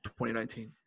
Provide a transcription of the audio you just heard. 2019